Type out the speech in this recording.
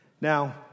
Now